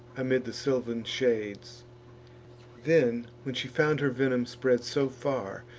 amid the sylvan shades then, when she found her venom spread so far,